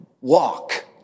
walk